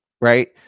right